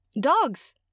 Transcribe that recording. dogs